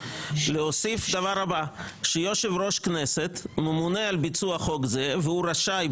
להוסיף את הדבר הבא: שיושב ראש הכנסת ממונה על ביצוע חוק זה והוא רשאי,